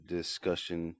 discussion